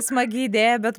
smagi idėja bet